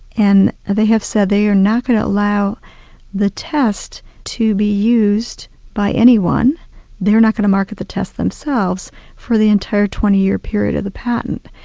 and they have said they are not going to allow the test to be used by anyone they're not to market the test themselves for the entire twenty year period of the patent.